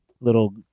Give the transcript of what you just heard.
little